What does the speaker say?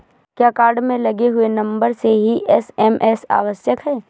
क्या कार्ड में लगे हुए नंबर से ही एस.एम.एस आवश्यक है?